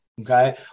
Okay